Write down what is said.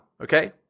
okay